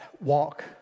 walk